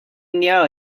near